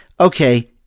okay